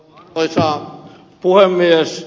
arvoisa puhemies